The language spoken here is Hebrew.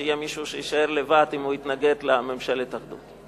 שיהיה מישהו שיישאר לבד אם הוא יתנגד לממשלת אחדות.